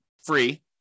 Free